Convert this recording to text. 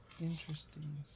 interesting